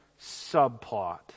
subplot